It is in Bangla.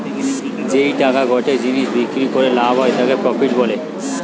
যেই টাকাটা গটে জিনিস বিক্রি করিয়া লাভ হয় তাকে প্রফিট বলে